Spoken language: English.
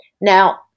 Now